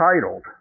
titled